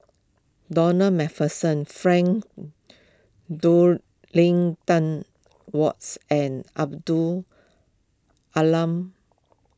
Ronald MacPherson Frank Dorrington Wards and Abdul long